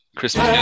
Christmas